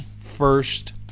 first